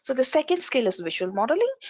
so the second skill is visual modelling.